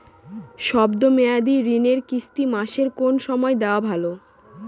শব্দ মেয়াদি ঋণের কিস্তি মাসের কোন সময় দেওয়া ভালো?